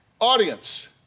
Audience